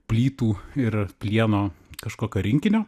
plytų ir plieno kažkokio rinkinio